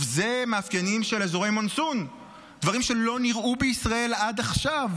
זה מאפיינים של אזורי מונסון; דברים שלא נראו בישראל עד עכשיו.